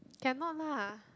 cannot lah